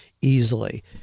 easily